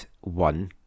one